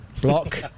block